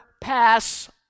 pass